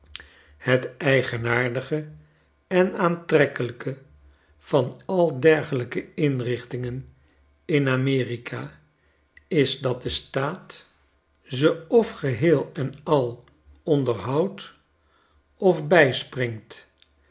het eigenaardige en aantrekkelijke van al dergelijke inrichtingen in a m e r i k a is dat de staat ze of geheel en al onderhoudt of bijspringt